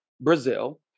Brazil